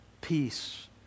peace